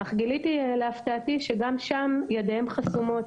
גיליתי, להפתעתי, שגם ידיהם חסומות.